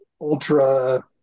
ultra